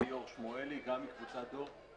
ליאור שמואלי, גם מקבוצת דור.